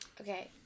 Okay